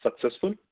successful